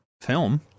film